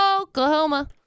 Oklahoma